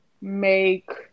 make